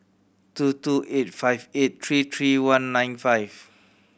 two two eight five eight three three one nine five